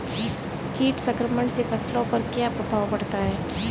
कीट संक्रमण से फसलों पर क्या प्रभाव पड़ता है?